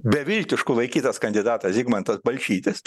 beviltišku laikytas kandidatas zigmantas balčytis